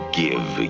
give